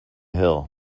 hill